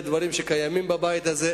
אלה דברים שקיימים בבית הזה.